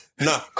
nah